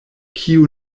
kiu